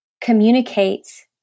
communicates